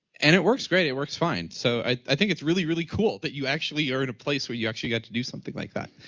and it works great, it works fine. so i think it's really, really cool that you, actually, you're on a place where you actually got to do something like that.